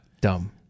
dumb